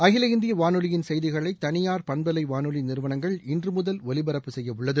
அகில இந்திய வானொலியின் செய்திகளை தனியார் பண்பலை வானொலி நிறுவனங்கள் இன்று முதல் ஒலிபரப்பு செய்ய உள்ளது